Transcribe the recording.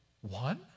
one